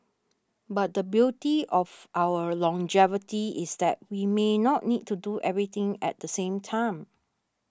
but the beauty of our longevity is that we may not need to do everything at the same time